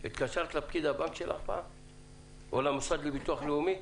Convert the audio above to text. או למוסד לביטוח לאומי?